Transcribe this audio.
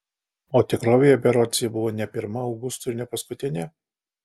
o tikrovėje berods ji buvo ne pirma augustui ir ne paskutinė